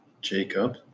Jacob